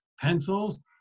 pencils